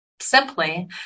Simply